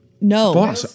No